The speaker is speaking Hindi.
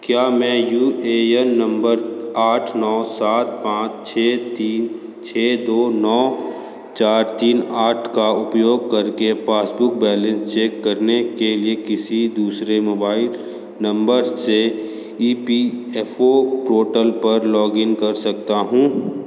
क्या मैं यू ए एन नम्बर आठ नौ सात पाँच छे तीन छे दो नौ चार तीन आठ का उपयोग करके पासबुक बैलेंस चेक करने के लिए किसी दूसरे मोबाइल नम्बर से E P F O portal पर लॉगिन कर सकता हूँ